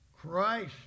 Christ